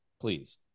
please